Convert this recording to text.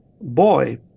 boy